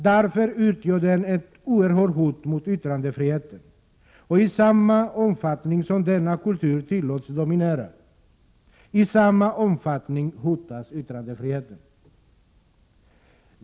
Därför utgör den ett oerhört hot mot yttrandefriheten. I samma omfattning som denna kultur tillåts dominera hotas yttrandefriheten.